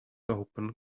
open